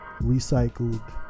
recycled